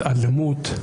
התעלמות.